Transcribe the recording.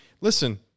listen